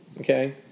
okay